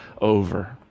over